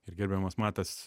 ir gerbiamas matas